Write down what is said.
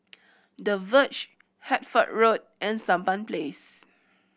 The Verge Hertford Road and Sampan Place